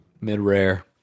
Mid-rare